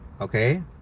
okay